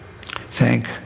Thank